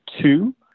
two